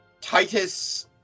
titus